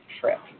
trip